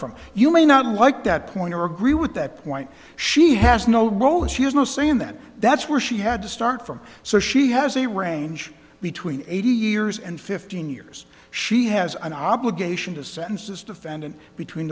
from you may not like that point or agree with that point she has no role if she has no say in that that's where she had to start from so she has a range between eighty years and fifteen years she has an obligation to sentences defendant between